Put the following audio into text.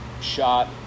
shot